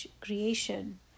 creation